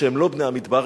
שהם לא בני המדבר,